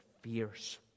fierce